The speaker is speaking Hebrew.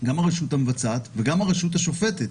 גם הרשות המבצעת וגם הרשות השופטת,